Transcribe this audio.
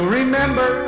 remember